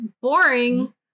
boring